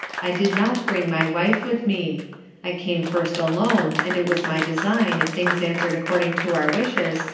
i did not bring my wife with me i came first alone and it was my design, if things answered according to our wishes,